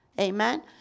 amen